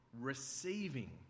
receiving